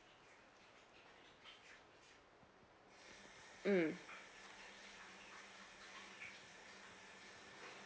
mm